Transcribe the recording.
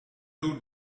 two